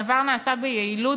הדבר נעשה ביעילות,